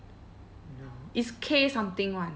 no it's K something [one]